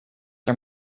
are